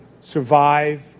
survive